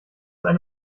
eine